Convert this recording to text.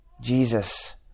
Jesus